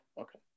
okay